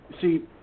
See